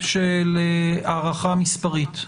של הערכה מספרית.